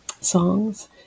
songs